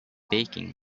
baking